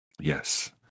yes